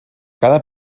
cada